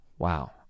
Wow